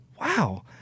Wow